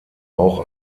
auch